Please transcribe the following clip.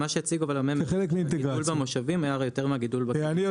מה שהציג אבל הממ"מ בגידול במושבים היה יותר מהגידול בפועל.